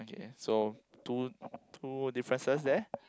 ya so two two differences there